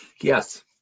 Yes